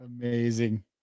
Amazing